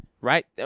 right